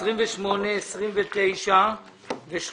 מצביעים על סעיפים 28, 29 ו-30.